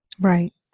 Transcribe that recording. Right